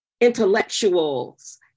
intellectuals